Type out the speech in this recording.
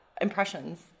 Impressions